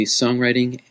songwriting